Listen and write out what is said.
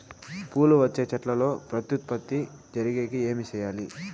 పూలు వచ్చే చెట్లల్లో ప్రత్యుత్పత్తి జరిగేకి ఏమి చేయాలి?